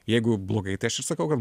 jeigu blogai tai aš ir sakau kad